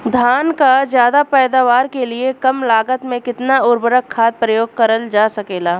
धान क ज्यादा पैदावार के लिए कम लागत में कितना उर्वरक खाद प्रयोग करल जा सकेला?